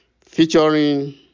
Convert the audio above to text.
featuring